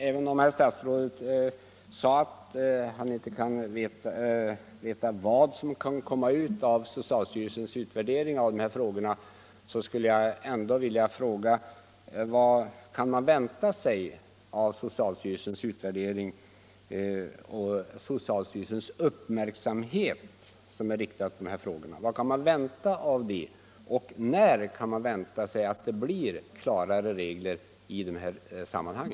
Även om herr statsrådet sade att han inte kunde veta resultatet av socialstyrelsens utvärdering av dessa frågor vill jag ändå fråga: Vad kan man vänta sig av socialstyrelsens utvärdering och av att socialstyrelsens uppmärksamhet är riktad mot de här frågorna, och när kan man vänta sig klarare regler i dessa sammanhang?